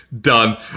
done